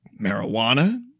marijuana